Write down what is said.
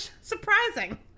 surprising